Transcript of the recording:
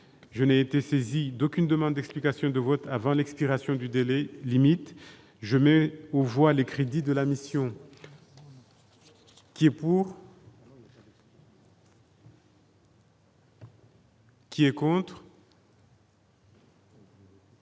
je n'ai été saisi d'aucune demande d'explication de vote avant l'expiration du délai limite je mets où voit les crédits de la mission. Qui s'abstient.